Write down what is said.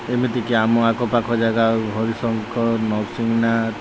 ଏମିତିକି ଆମ ଆଖପାଖ ଜାଗା ହରିଶଙ୍କର ନରସିଂହନାଥ